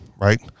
right